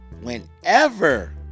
whenever